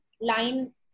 line